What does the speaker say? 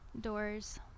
Doors